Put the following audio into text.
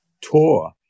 tour